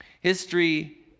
History